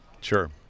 Sure